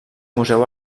museu